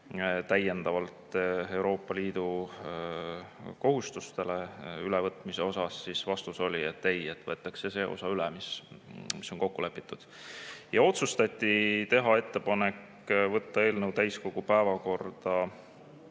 seoses Euroopa Liidu kohustuste ülevõtmisega. Vastus oli, et ei, võetakse see osa üle, mis on kokku lepitud. Ja otsustati teha ettepanek võtta eelnõu täiskogu päevakorda